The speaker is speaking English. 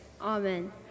amen